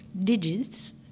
digits